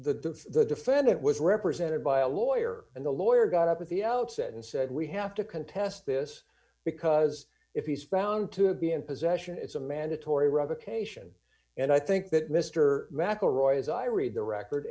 defendant was represented by a lawyer and the lawyer got up at the outset and said we have to contest this because if he's found to be in possession it's a mandatory revocation and i think that mr mcelroy as i read the record